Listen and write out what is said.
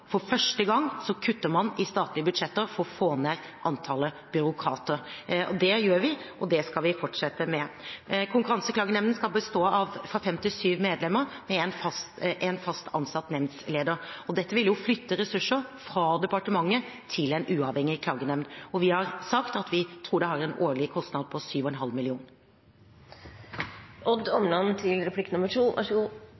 For første gang kutter man i statlige budsjetter for å få ned antallet byråkrater. Det gjør vi, og det skal vi fortsette med. Konkurranseklagenemnda skal bestå av fra fem til syv medlemmer, med en fast ansatt nemndleder. Dette vil flytte ressurser fra departementet til en uavhengig klagenemd. Vi har sagt at vi tror det har en årlig kostnad på 7,5